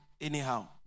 Anyhow